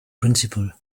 principle